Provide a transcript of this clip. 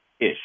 ish